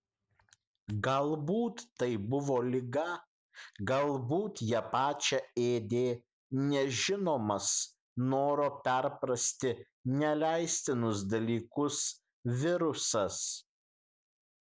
galbūt tai buvo liga galbūt ją pačią ėdė nežinomas noro perprasti neleistinus dalykus virusas